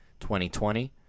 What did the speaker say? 2020